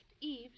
Eve